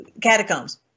catacombs